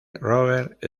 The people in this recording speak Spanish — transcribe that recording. robert